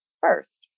first